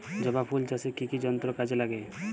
জবা ফুল চাষে কি কি যন্ত্র কাজে লাগে?